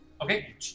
Okay